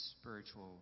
spiritual